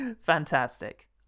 fantastic